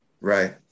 right